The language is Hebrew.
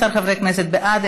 12 חברי כנסת בעד,